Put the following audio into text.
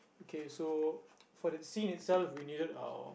okay so for the scene itself we needed uh